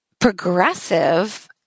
progressive